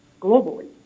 globally